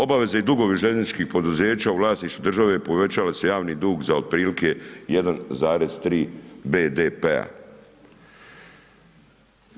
Obaveze i dugovi željezničkih poduzeća u vlasništvu države, povećava se javni dug, za otprilike 1,3 BDP-a.